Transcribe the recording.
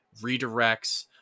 redirects